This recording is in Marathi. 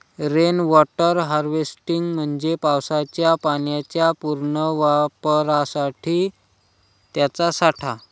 रेन वॉटर हार्वेस्टिंग म्हणजे पावसाच्या पाण्याच्या पुनर्वापरासाठी त्याचा साठा